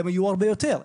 והם יהיו הרבה יותר,